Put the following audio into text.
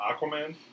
Aquaman